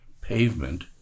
pavement